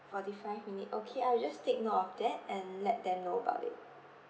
forty five minute okay I will just take note of that and let them know about it